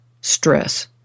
stress